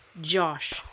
Josh